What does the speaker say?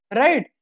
right